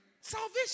salvation